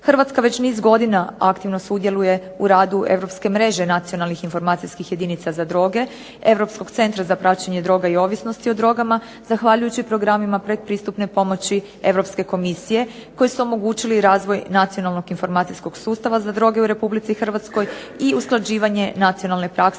Hrvatska već niz godina aktivno sudjeluje u radu Europske mreže nacionalnih informacijskih jedinica za droge, Europskog centra za praćenje droga i ovisnosti o drogama, zahvaljujući programima pretpristupne pomoći Europske komisije koji su omogućili razvoj Nacionalnog informacijskog sustava za droge u RH i usklađivanje nacionalne prakse